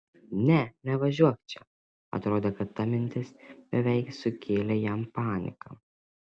ne nevažiuok čia atrodė kad ta mintis beveik sukėlė jam paniką